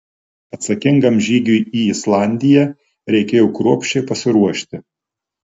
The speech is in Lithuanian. atsakingam žygiui į islandiją reikėjo kruopščiai pasiruošti